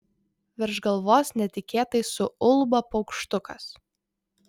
virš galvos netikėtai suulba paukštukas